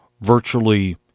Virtually